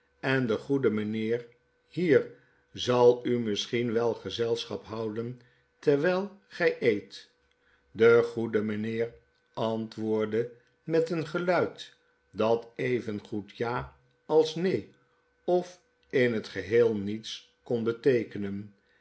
en de goede mynheer hier zal u misschien wel gezelschap houden terwyl gy eet de goede mynheer antwoordde met een feluid dat evengoed ja als neen of in het geeel niets kon beteekenen